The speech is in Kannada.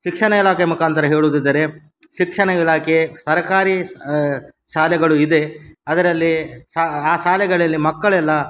ಶಿಕ್ಷಣ ಇಲಾಖೆ ಮುಖಾಂತರ ಹೇಳುವುದಿದ್ದರೆ ಶಿಕ್ಷಣ ಇಲಾಖೆ ಸರಕಾರಿ ಶಾಲೆಗಳು ಇದೆ ಅದರಲ್ಲಿ ಶಾ ಆ ಶಾಲೆಗಳಲ್ಲಿ ಮಕ್ಕಳೆಲ್ಲ